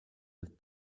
with